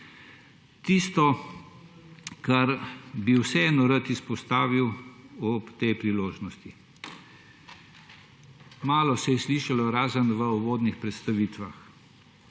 Tisto, kar bi vseeno rad izpostavil ob tej priložnosti, malo se je slišalo, razen v uvodnih predstavitvah: